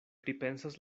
pripensas